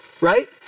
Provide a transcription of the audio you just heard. Right